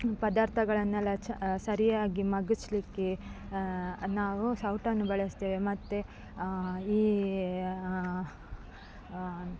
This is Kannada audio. ಪದಾರ್ಥಗಳನ್ನೆಲ್ಲ ಚ ಸರಿಯಾಗಿ ಮಗುಚಲಿಕ್ಕೆ ನಾವು ಸೌಟನ್ನು ಬಳಸ್ತೇವೆ ಮತ್ತು ಈ